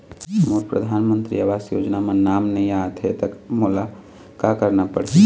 मोर परधानमंतरी आवास योजना म नाम नई आत हे त मोला का करना पड़ही?